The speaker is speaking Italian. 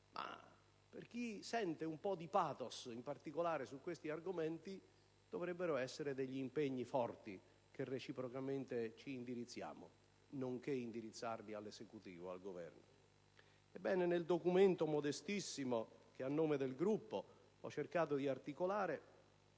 ma per chi sente un po' di *pathos*, in particolare su questi argomenti, dovrebbero rappresentare degli impegni forti che reciprocamente ci indirizziamo, e li indirizziamo all'Esecutivo. Ebbene, nel documento, modestissimo, che a nome del Gruppo ho cercato di articolare,